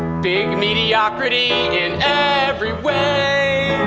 big mediocrity in every way.